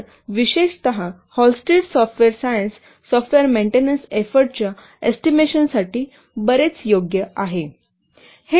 तर विशेषत Halstead software science software maintenance एफोर्टच्या एस्टिमेशनसाठी बरेच योग्य आहे